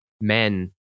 men